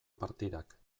partidak